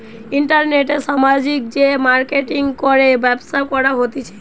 ইন্টারনেটে সামাজিক যে মার্কেটিঙ করে ব্যবসা করা হতিছে